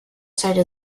side